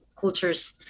cultures